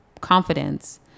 confidence